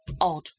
odd